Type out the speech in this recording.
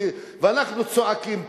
ואנחנו צועקים פה,